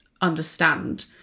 understand